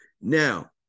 Now